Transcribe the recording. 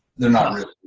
they are not really,